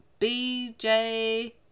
BJ